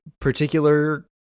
particular